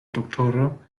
doktoro